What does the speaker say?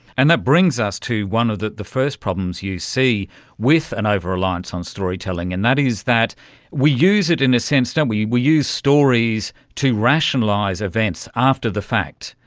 and that brings us to one of the the first problems you see with an overreliance on storytelling, and that is that we use it, in a sense, we we use stories to rationalise events after the fact,